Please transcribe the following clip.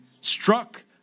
struck